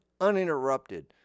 uninterrupted